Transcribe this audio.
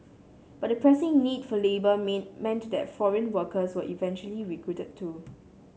but the pressing need for labour mean meant that foreign workers were eventually recruited too